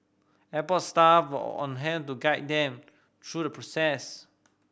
airport staff were on hand to guide them through the process